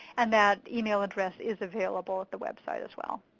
and that email address is available at the website as well.